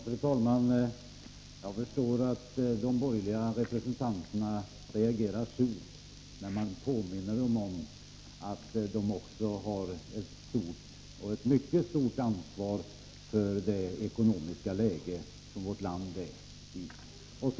Fru talman! Jag förstår att de borgerliga representanterna reagerar surt när man påminner dem om att de också har ett mycket stort ansvar för det ekonomiska läge som vårt land befinner sig i.